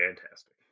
fantastic